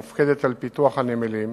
המופקדת על פיתוח הנמלים,